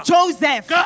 Joseph